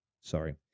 Sorry